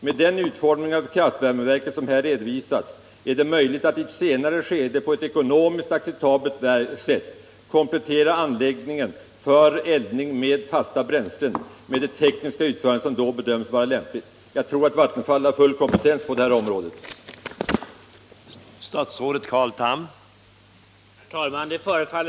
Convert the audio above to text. Med den utformning av kraftvärmeverket som här redovisas är det möjligt att i ett senare skede på ett ekonomiskt acceptabelt sätt komplettera anläggningen för eldning med fasta bränslen med det tekniska utförande som då bedöms lämpligt.” Jag tror att Vattenfall har full kompetens på det här området att bedöma projektet.